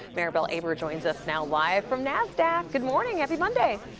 maribel aber joins us now live from nasdaq. good morning, happy monday!